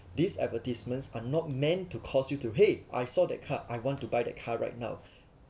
these advertisements are not meant to cause you to !hey! I saw that car I want to buy the car right now